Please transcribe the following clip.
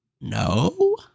No